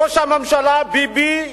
ראש הממשלה ביבי,